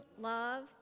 love